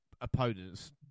opponents